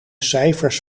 cijfers